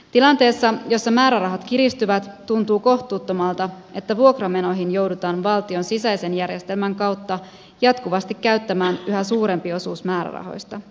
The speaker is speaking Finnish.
tilanteessa jossa määrärahat kiristyvät tuntuu kohtuuttomalta että vuokramenoihin joudutaan valtion sisäisen järjestelmän kautta jatkuvasti käyttämään yhä suurempi osuus määrärahoista